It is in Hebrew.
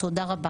תודה רבה.